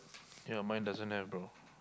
ya mine doesn't have bro